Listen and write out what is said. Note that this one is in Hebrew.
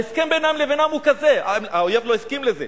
ההסכם בינם לבינם הוא כזה, האויב לא הסכים לזה: